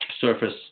surface